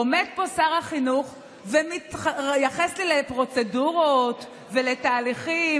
עומד פה שר החינוך ומתייחס לפרוצדורות ולתהליכים